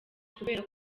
kubera